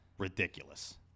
ridiculous